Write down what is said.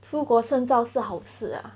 出国深造是好事 lah